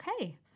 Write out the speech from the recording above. okay